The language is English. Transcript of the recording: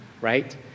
right